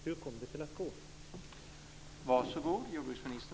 Hur kommer det att gå?